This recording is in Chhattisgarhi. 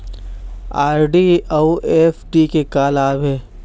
आर.डी अऊ एफ.डी के का लाभ हे?